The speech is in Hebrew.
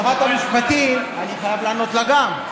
שרת המשפטים, אני חייב לענות גם לה.